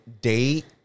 date